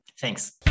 Thanks